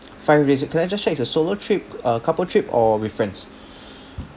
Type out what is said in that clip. five days can I just check it's a solo trip uh couple trip or with friends